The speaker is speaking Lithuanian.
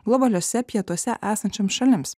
globaliuose pietuose esančioms šalims